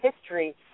history